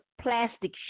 plastic